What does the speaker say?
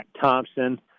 Thompson